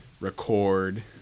record